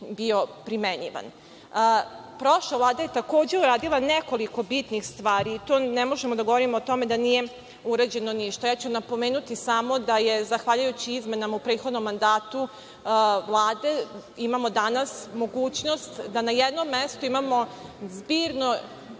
bio primenjivan. Prošla Vlada je takođe uradila nekoliko bitnih stvari. Ne možemo da govorimo o tome da nije urađeno ništa. Ja ću napomenuti samo da zahvaljujući izmenama u prethodnom mandatu Vlade danas imamo mogućnost da na jednom mestu imamo zbirno